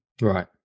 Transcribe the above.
Right